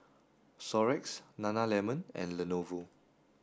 xorex nana lemon and Lenovo